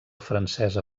francesa